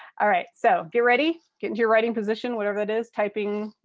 all right so get ready. get into your writing position, whatever that is, typing,